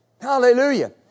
Hallelujah